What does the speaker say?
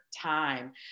Time